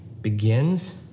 begins